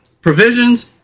provisions